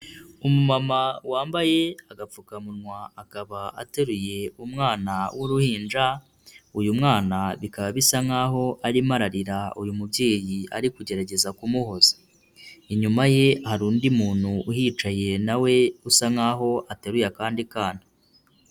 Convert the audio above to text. Umumama wambaye agapfukamunwa akaba ateruye umwana w'uruhinja, uyu mwana bikaba bisa nkaho arimo ararira uyu mubyeyi ari kugerageza kumuhoza. Inyuma ye hari undi muntu uhicaye na we usa nkaho ateruye akandi kana.